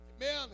Amen